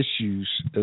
issues